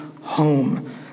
home